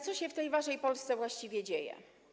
Co się w tej waszej Polsce właściwie dzieje?